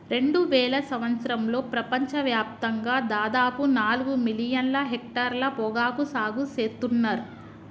రెండువేల సంవత్సరంలో ప్రపంచ వ్యాప్తంగా దాదాపు నాలుగు మిలియన్ల హెక్టర్ల పొగాకు సాగు సేత్తున్నర్